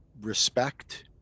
respect